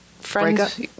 friends